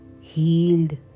healed